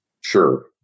Sure